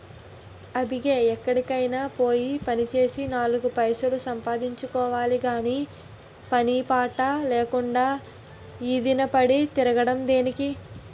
అబ్బిగా ఎక్కడికైనా పోయి పనిచేసి నాలుగు పైసలు సంపాదించుకోవాలి గాని పని పాటు లేకుండా ఈదిన పడి తిరగడం దేనికి?